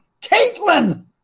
Caitlin